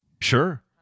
Sure